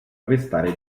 arrestare